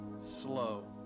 slow